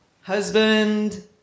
husband